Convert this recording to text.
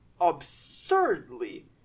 absurdly